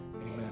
Amen